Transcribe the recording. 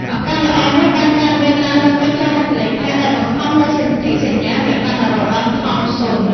ឱកាសល្អនោះបានកើតមានឡើងនៅពេលចុះហត្ថលេខាដោយបង្ខំលើសន្ធិសញ្ញាព្រះបាទនរោត្តម ថុំសុន។